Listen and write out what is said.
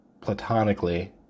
platonically